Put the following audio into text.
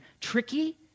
tricky